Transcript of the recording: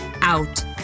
out